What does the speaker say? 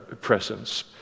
presence